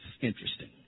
Interesting